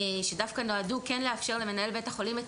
שדווקא נועדו כן לאפשר למנהל בית החולים את